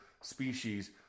species